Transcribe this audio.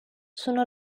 sono